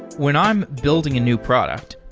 when i'm building a new product,